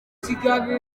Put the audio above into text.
kiganiro